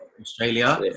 Australia